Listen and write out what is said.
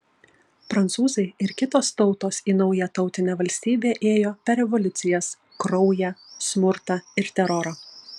prancūzai ir kitos tautos į naują tautinę valstybę ėjo per revoliucijas kraują smurtą ir terorą